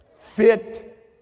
fit